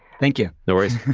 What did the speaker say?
thank you. no worries.